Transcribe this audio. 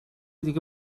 دیگه